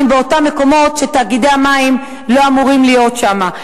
באותם מקומות שתאגידי המים לא אמורים להיות שם.